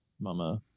mama